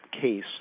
case